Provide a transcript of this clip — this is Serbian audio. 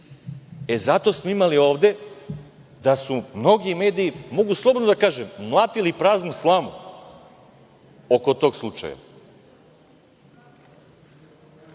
E, zato smo imali ovde da su mnogi mediji, mogu slobodno da kažem, mlatili praznu slamu oko tog slučaja.